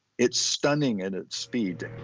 it's stunning in its speed.